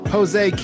Jose